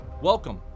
Welcome